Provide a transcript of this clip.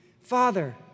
Father